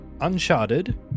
Uncharted